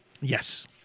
Yes